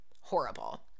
horrible